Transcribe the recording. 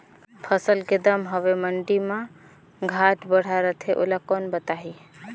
फसल के दम हवे मंडी मा घाट बढ़ा रथे ओला कोन बताही?